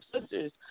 sisters